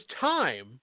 time